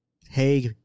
Hey